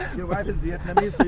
your wife is vietnamese